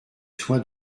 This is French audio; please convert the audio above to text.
soins